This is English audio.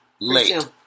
Late